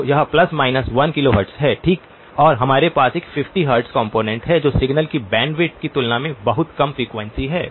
तो यह 1 किलोहर्ट्ज़ हैठीक और हमारे पास एक 50 हर्ट्ज कॉम्पोनेन्ट है जो सिग्नल की बैंडविड्थ की तुलना में बहुत कम फ्रीक्वेंसी है